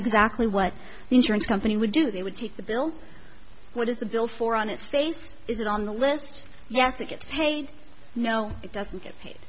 exactly what the insurance company would do they would take the bill what is the bill for on its face is it on the list yes it gets paid no it doesn't get paid